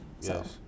Yes